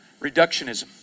reductionism